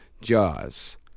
Jaws